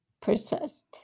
persist